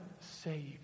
saved